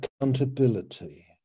accountability